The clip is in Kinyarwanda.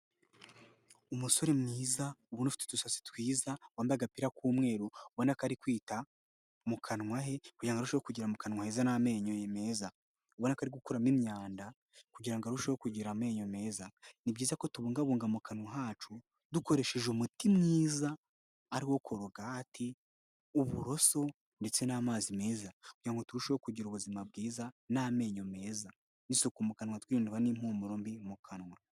Umusore mwiza ubona ufite udusatsi twiza ,wamba agapira k'umweru ubona ko ari kwita mu kanwa he kugirango ngo arusheho kugera mu kanwa heza n'amenyo ye meza ,ubu akari gukuramo imyanda kugirango arusheho kugira amenyo meza ,ni byiza ko tubungabunga mu kanwa kacu dukoresheje umuti mwiza ari uwo korogati, uburoso ndetse n'amazi meza kugirango ngo turusheho kugira ubuzima bwiza n'amenyo meza n'isuku mu kanwa twirinde impumuro mbi mu kanwa.